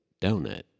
donut